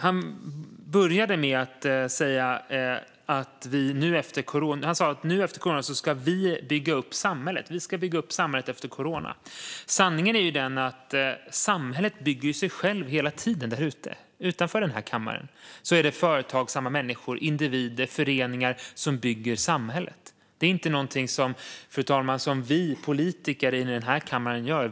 Han började med att säga att vi efter corona ska bygga upp samhället. Vi ska bygga upp samhället efter corona. Sanningen är den att samhället bygger sig självt hela tiden. Utanför kammaren finns företagsamma människor, individer och föreningar som bygger samhället. Det är inte något som vi politiker i kammaren gör.